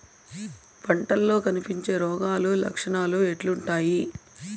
పంటల్లో కనిపించే రోగాలు లక్షణాలు ఎట్లుంటాయి?